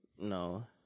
No